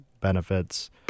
benefits